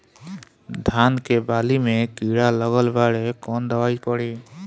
धान के बाली में कीड़ा लगल बाड़े कवन दवाई पड़ी?